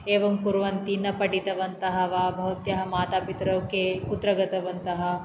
एवं कुर्वन्ति न पठितवन्तः वा भवत्याः मातापितरौ के कुत्र गतवन्तः